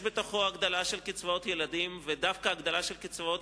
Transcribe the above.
יש בתוכו הגדלה של קצבאות ילדים ודווקא הגדלה של קצבאות